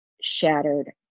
shattered